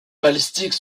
balistiques